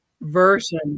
version